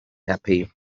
happy